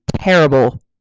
terrible